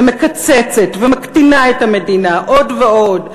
ומקצצת ומקטינה את המדינה עוד ועוד,